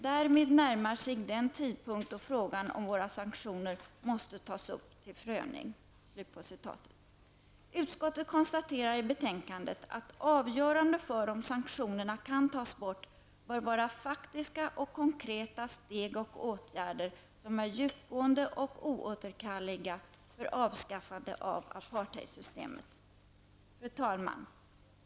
Därmed närmar sig den tidpunkt då frågan om våra sanktioner måste tas upp till prövning.'' Utskottet konstaterar i betänkandet att avgörande för om sanktionerna kan tas bort bör vara faktiska och konkreta steg och åtgärder, som är djupgående och oåterkalleliga för avskaffande av apartheidsystemet. Fru talman!